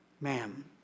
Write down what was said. Ma'am